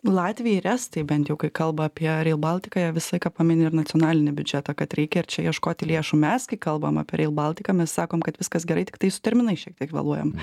latviai ir estai bent jau kai kalba apie rail baltica jie visą laiką pamini ir nacionalinį biudžetą kad reikia ir čia ieškoti lėšų mes kai kalbam apie rail baltica mes sakom kad viskas gerai tiktai su terminais šiek tiek vėluojam